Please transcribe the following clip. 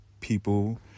people